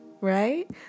Right